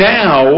now